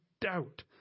doubt